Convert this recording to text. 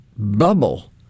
bubble